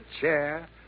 chair